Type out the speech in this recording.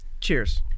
Cheers